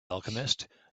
alchemist